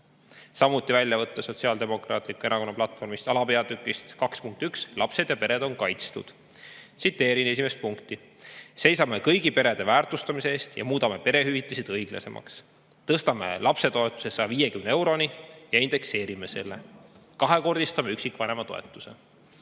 üks väljavõte Sotsiaaldemokraatliku Erakonna platvormist, alapeatükist 2.1,"Lapsed ja pered on kaitstud". Tsiteerin esimest punkti: "Seisame kõigi perede väärtustamise eest ja muudame perehüvitised õiglasemaks. Tõstame lapsetoetuse 150 euroni ja indekseerime selle. Kahekordistame üksikvanema toetuse."